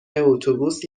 اتوبوس